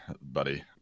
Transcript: buddy